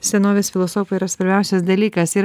senovės filosofų yra svarbiausias dalykas ir